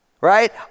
right